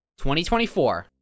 2024